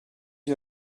you